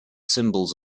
symbols